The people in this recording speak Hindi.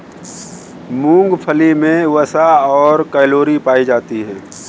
मूंगफली मे वसा और कैलोरी पायी जाती है